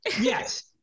yes